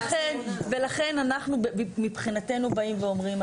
לכן אנחנו מבחינתנו באים ואומרים,